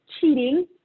cheating